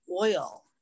oil